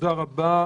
תודה רבה.